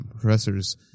professors